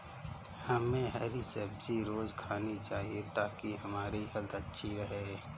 हमे हरी सब्जी रोज़ खानी चाहिए ताकि हमारी हेल्थ अच्छी रहे